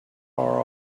our